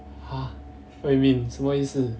!huh! what you mean 什么意思